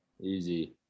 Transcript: Easy